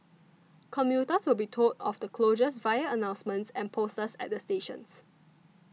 commuters will be told of the closures via announcements and posters at stations